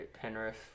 Penrith